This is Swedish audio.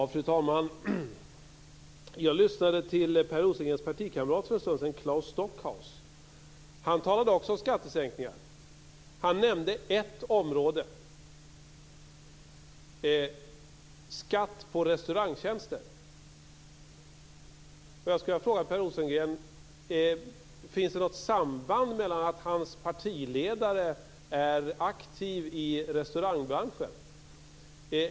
Fru talman! Jag lyssnade till Per Rosengrens partikamrat Claes Stockhaus för en stund sedan. Han talade också om skattesänkningar. Han nämnde ett område: skatt på restaurangtjänster. Jag skall fråga Per Rosengren: Finns det något samband mellan att hans partiledare är aktiv i restaurangbranschen?